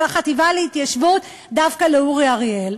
החטיבה להתיישבות דווקא לאורי אריאל?